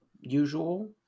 usual